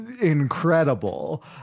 incredible